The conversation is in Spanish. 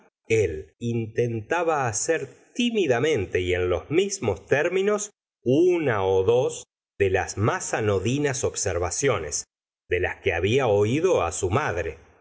él intentaba hacer tímidamente y en los mismos términos una dos de las más anodinas observaciones de las que había oído su madre